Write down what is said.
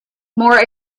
more